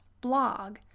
blog